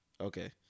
Okay